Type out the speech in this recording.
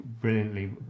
brilliantly